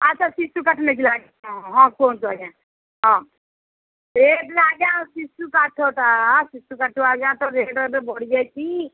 ଆଚ୍ଛା ଶିଶୁ କାଠ ନେଇଥିଲ ଆଜ୍ଞା ହଁ ହଁ କୁହନ୍ତୁ ଆଜ୍ଞା ହଁ ରେଟ୍ରେ ଆଜ୍ଞା ଶିଶୁ କାଠଟା ଶିଶୁ କାଠ ଆଜ୍ଞା ତ ରେଟ୍ ଏବେ ବଢ଼ିଯାଇଛି